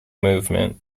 movement